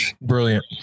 Brilliant